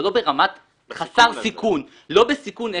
אבל לא בסיכון אפס.